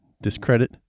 discredit